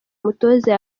umutoza